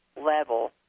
level